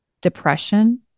depression